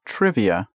Trivia